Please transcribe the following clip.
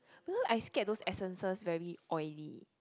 because I scared those essences very oily